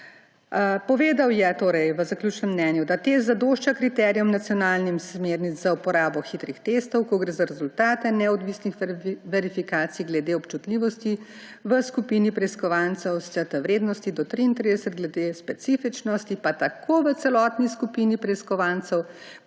V zaključnem mnenju je povedal, da test zadošča kriterijem nacionalnih smernic za uporabo hitrih testov, ko gre za rezultate neodvisnih verifikacij glede občutljivosti v skupini preiskovancev s CT vrednosti do 33, glede specifičnosti pa tako v celotni skupini preiskovancev